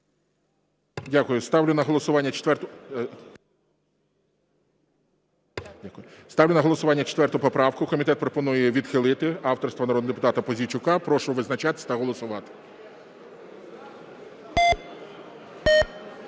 Дякую. Ставлю на голосування 4 правку, комітет пропонує її відхилити, авторства народного депутата Пузійчука. Прошу визначатися та голосувати.